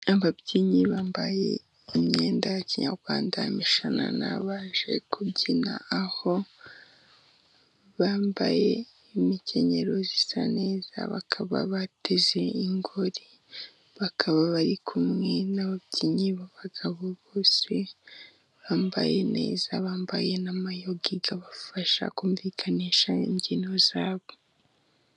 Ababyinnyi bambaye imyenda ya kinyarwanda, imishanana baje kubyina, aho bambaye imikenyero zisa neza, bakaba bateze ingori bakaba bari kumwe n' ababyinnyi ba bagabo, bose bambaye neza bambaye n' amayugi abafasha kumvikanisha imbyino zabo.